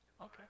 okay